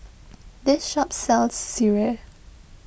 this shop sells Sireh